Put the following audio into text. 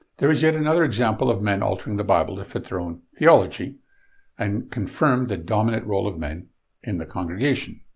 there is yet another example of men altering the bible to fit their own theology and confirm the dominant role of men in the congregation.